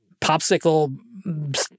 Popsicle